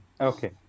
okay